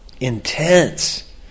intense